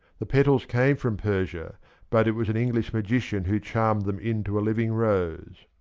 the petals came from persia but it was an english magician who charmed them into a living rose.